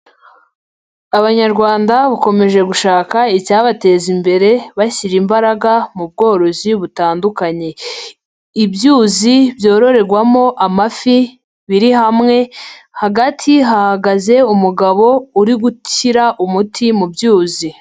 Abanyarwanda bakomeje gushaka icyabateza imbere bashyira imbaraga mu bworozi butandukanye. Ibyuzi byororerwamo amafi biri hamwe, hagati hahagaze umugabo uri gushyira umuti mu byuzi.